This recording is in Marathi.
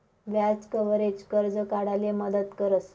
व्याज कव्हरेज, कर्ज काढाले मदत करस